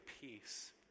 peace